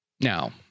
Now